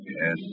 Yes